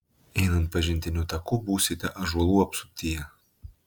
einant pažintiniu taku būsite ąžuolų apsuptyje